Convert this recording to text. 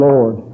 Lord